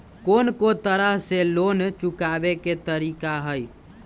कोन को तरह से लोन चुकावे के तरीका हई?